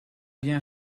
bien